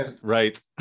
Right